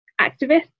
activists